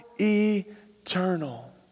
eternal